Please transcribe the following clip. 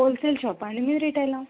wholesale షాపా అండి మీది రిటైలా